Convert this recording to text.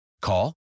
Call